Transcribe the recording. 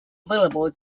available